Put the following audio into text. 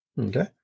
Okay